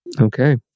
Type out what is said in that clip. Okay